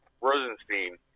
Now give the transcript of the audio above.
Rosenstein